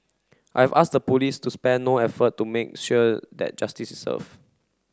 I have asked the police to spare no effort to make sure that justice is serve